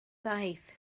ddaeth